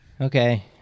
Okay